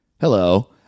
Hello